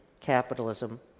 capitalism